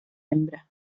hembra